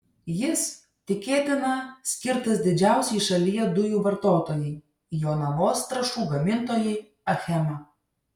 jis tikėtina skirtas didžiausiai šalyje dujų vartotojai jonavos trąšų gamintojai achema